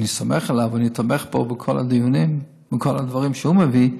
ואני סומך עליו ואני תומך בו בכל הדיונים שהוא מביא,